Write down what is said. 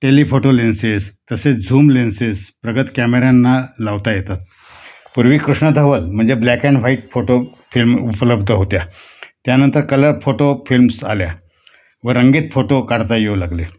telephoto lenses तसेच zoom lenses प्रगत कॅमेऱ्यांना लावता येतात पूर्वी कृष्ण धवल म्हणजे black and white photo film उपलब्ध होत्या त्यानंतर कलर फोटो फिल्म्स आल्या व रंगीत फोटो काढता येऊ लागले